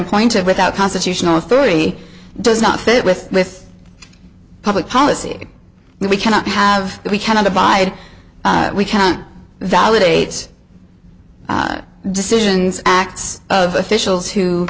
appointed without constitutional authority does not fit with with public policy we cannot have we cannot abide we can't validate decisions acts of officials who